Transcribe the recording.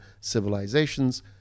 civilizations